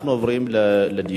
אנחנו עוברים לדיון.